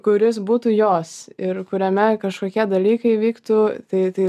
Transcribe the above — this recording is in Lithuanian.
kuris būtų jos ir kuriame kažkokie dalykai vyktų tai tai